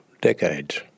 decades